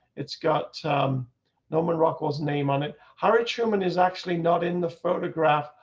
it's got norman rockwell's name on it. harry truman is actually not in the photograph,